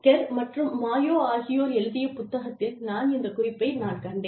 Kerr மற்றும் Mayo ஆகியோர் எழுதிய புத்தகத்தில் நான் இந்த குறிப்பை நான் கண்டேன்